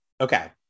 Okay